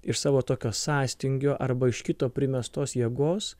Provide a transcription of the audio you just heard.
iš savo tokio sąstingio arba iš kito primestos jėgos